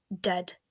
dead